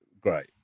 great